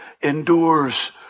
endures